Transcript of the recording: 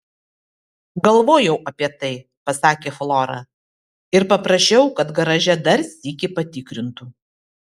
galvojau apie tai pasakė flora ir paprašiau kad garaže dar sykį patikrintų